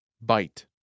Bite